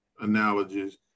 analogies